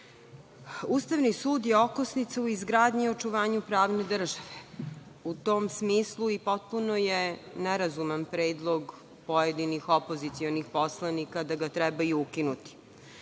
Ustavni sud je okosnica u izgradnji i očuvanju pravne države. U tom smislu, potpuno je nerazuman predlog pojedinih opozicionih poslanika da ga treba i ukinuti.